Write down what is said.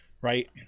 Right